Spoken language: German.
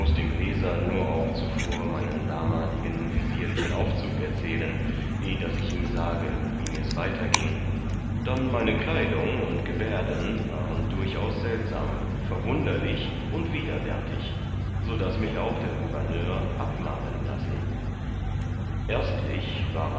dem leser nur auch zuvor meinen damaligen visierlichen aufzug erzählen eh daß ich ihm sage wie mirs weiter gieng dann meine kleidung und gebärden waren durchaus seltsam verwunderlich und widerwärtig so daß mich auch der gouverneur abmalen lassen erstlich waren